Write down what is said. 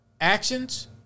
actions